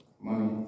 Money